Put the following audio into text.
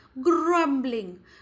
grumbling